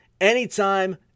anytime